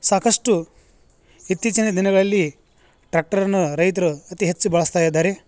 ಸಾಕಷ್ಟು ಇತ್ತೀಚಿನ ದಿನಗಳಲ್ಲಿ ಟ್ರ್ಯಾಕ್ಟರನ್ನು ರೈತರು ಅತಿ ಹೆಚ್ಚು ಬಳಸ್ತಾ ಇದ್ದಾರೆ